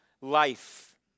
life